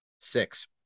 six